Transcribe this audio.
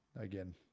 again